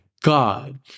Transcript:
God